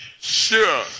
sure